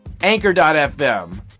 Anchor.fm